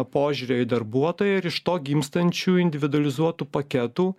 požiūrio į darbuotoją ir iš to gimstančių individualizuotų paketų